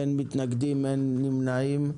אין מתנגדים, אין נמנעים.